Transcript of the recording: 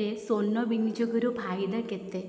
ରେ ସ୍ଵର୍ଣ୍ଣ ବିନିଯୋଗରୁ ଫାଇଦା କେତେ